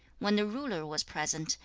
when the ruler was present,